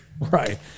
Right